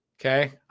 Okay